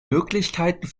möglichkeiten